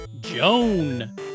Joan